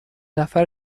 نفر